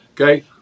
Okay